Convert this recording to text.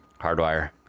hardwire